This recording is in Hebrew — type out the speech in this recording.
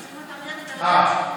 אתה צריך מתרגם שאתה יודע שהוא,